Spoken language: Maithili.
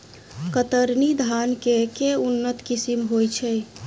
कतरनी धान केँ के उन्नत किसिम होइ छैय?